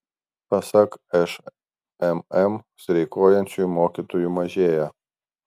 pasak šmm streikuojančių mokytojų mažėja